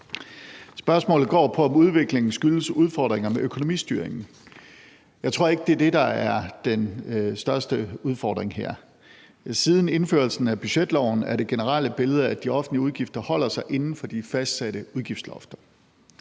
Spørgsmålet går på, om udviklingen skyldes udfordringer med økonomistyringen. Jeg tror ikke, det er det, der er den største udfordring her. Siden indførelsen af budgetloven er det generelle billede, at de offentlige udgifter holder sig inden for de fastsatte udgiftslofter.